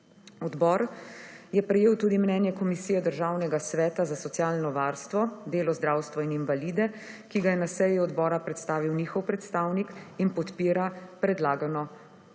Odbor je prejel tudi mnenje Komisije Državnega sveta za socialno varstvo, delo, zdravstvo in invalide, ki ga je na seji odbora predstavil njihov predstavnik in podpira predlagano spremembo.